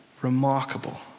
remarkable